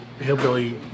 hillbilly